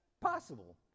possible